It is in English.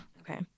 Okay